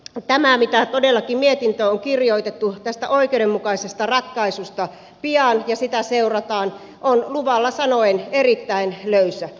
minusta tämä mitä todellakin mietintöön on kirjoitettu oikeudenmukainen ratkaisu pian ja sitä seurataan on luvalla sanoen erittäin löysä